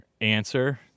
answer